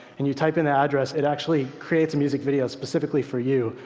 and you type in the address it actually creates a music video specifically for you,